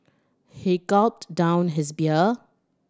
he gulped down his beer